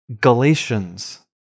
Galatians